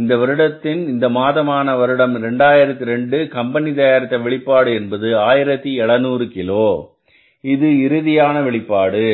இந்த வருடத்தின் இந்த மாதமான வருடம் 2002 கம்பெனி தயாரித்த வெளிப்பாடு என்பது 1700 கிலோ இது இறுதியான வெளிப்பாடு